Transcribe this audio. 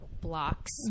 blocks